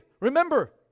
Remember